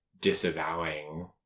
disavowing